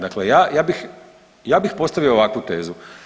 Dakle, ja, ja bih postavio ovakvu tezu.